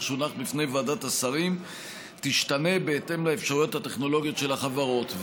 שהונח בפני ועדת השרים תשתנה בהתאם לאפשרויות הטכנולוגיות של החברות.